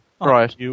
right